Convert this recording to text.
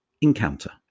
Encounter